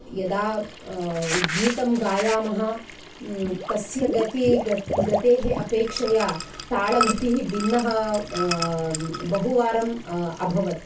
यदा गीतं गायामः तस्य गति गतेः अपेक्षया ताडगतिः भिन्नः बहुवारम् अभवत्